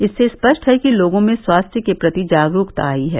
इससे स्पष्ट है कि लोगों में स्वास्थ्य के प्रति जागरूकता आयी है